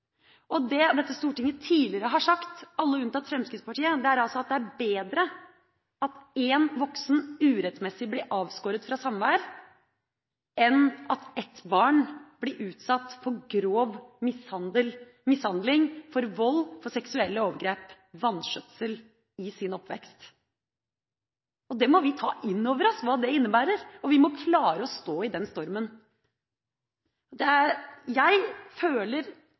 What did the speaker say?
Det dette stortinget tidligere har sagt, alle unntatt Fremskrittspartiet, er altså at det er bedre at én voksen urettmessig blir avskåret fra samvær, enn at ett barn blir utsatt for grov mishandling, vold, seksuelle overgrep og vanskjøtsel i sin oppvekst. Vi må ta inn over oss hva det innebærer, og vi må klare å stå i den stormen. Jeg føler et veldig sterkt ansvar for disse barna, men jeg syns også det er